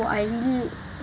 who I really